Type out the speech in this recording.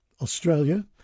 Australia